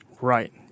Right